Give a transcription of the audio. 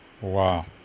Wow